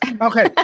Okay